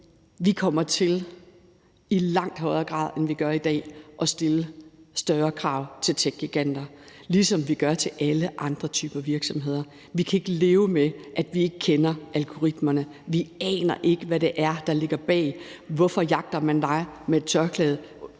Vi kommer til i langt højere grad, end vi gør i dag, at stille større krav til techgiganter, ligesom vi gør det til alle andre typer af virksomheder. Vi kan ikke leve med, at vi ikke kender algoritmerne. Vi aner ikke, hvad det er, der ligger bag. Hvorfor jagter man ordføreren